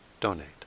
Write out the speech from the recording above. donate